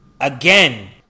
again